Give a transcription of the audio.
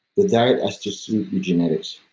the diet has to suit your genetics.